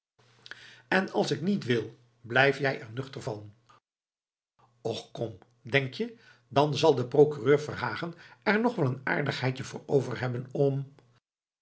en als ik niet wil blijf jij er nuchter van och kom denk je dan zal de procureur verhagen er nog wel een aardigheidje voor overhebben om